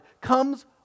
comes